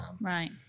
Right